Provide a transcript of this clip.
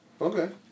okay